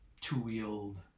two-wheeled